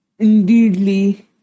indeedly